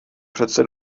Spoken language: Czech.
přece